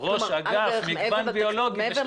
ראש אגף מגוון ביולוגי --- מעבר